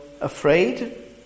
afraid